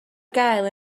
gael